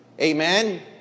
Amen